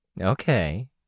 Okay